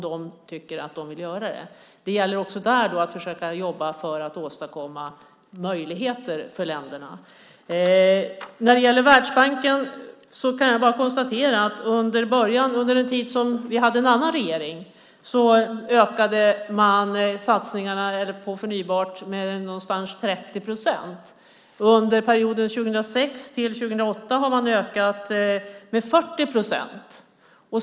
Det gäller också där att försöka jobba för möjligheter för länderna. När det gäller Världsbanken kan jag bara konstatera att under den tid vi hade en annan regering ökade man satsningarna på förnybart med ungefär 30 procent. Under perioden 2006-2008 har man ökat med 40 procent.